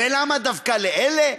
ולמה דווקא לאלה?